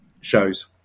shows